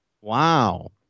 Wow